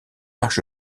marche